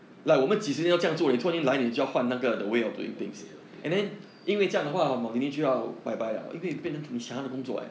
okay okay